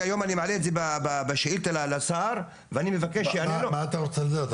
כי היום אני מעלה את זה בשאילתה לשר ואני מבקש --- מה אתה רוצה לדעת?